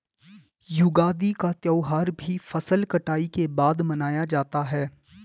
युगादि का त्यौहार भी फसल कटाई के बाद मनाया जाता है